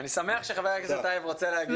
אני שמח שחבר הכנסת טייב רוצה להגיב.